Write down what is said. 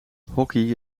hockey